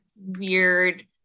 weird